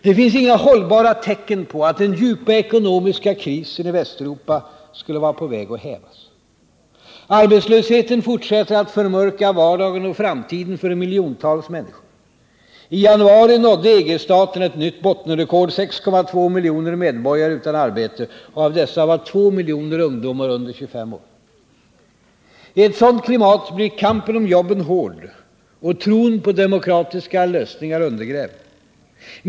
Det finns inga hållbara tecken på att den djupa ekonomiska krisen i Västeuropa skulle vara på väg att hävas. Arbetslösheten fortsätter att förmörka vardagen och framtiden för miljontals människor. I januari nådde EG-staterna ett nytt bottenrekord: 6,2 miljoner medborgare utan arbete. Av dessa var 2 miljoner ungdomar under 25 år. I ett sådant klimat blir kampen om jobben hård och tron på demokratiska lösningar undergrävd.